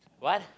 what